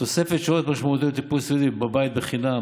תוספת שעות משמעותית לטיפול סיעודי בבית חינם,